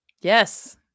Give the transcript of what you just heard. Yes